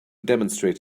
demonstrate